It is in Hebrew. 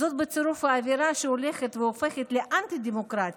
זאת, בצירוף אווירה שהולכת והופכת לאנטי-דמוקרטית,